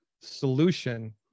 solution